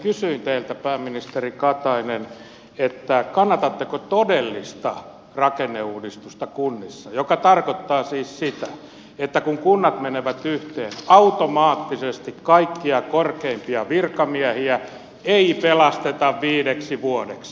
kysyin teiltä pääministeri katainen kannatatteko kunnissa todellista rakenneuudistusta joka tarkoittaa siis sitä että kun kunnat menevät yhteen automaattisesti kaikkia korkeimpia virkamiehiä ei pelasteta viideksi vuodeksi